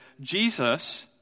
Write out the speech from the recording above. Jesus